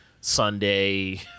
Sunday